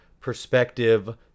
perspective